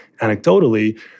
anecdotally